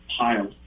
pile